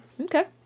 Okay